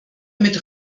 mit